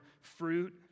fruit